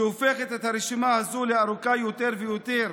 שהופכת את הרשימה הזאת לארוכה יותר ויותר.